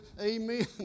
amen